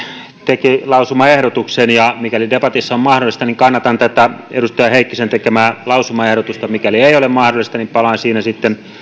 teki lausumaehdotuksen ja mikäli debatissa on mahdollista niin kannatan tätä edustaja heikkisen tekemää lausumaehdotusta mikäli ei ole mahdollista palaan